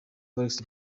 forex